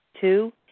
Two